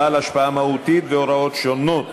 בעל השפעה מהותית והוראות שונות),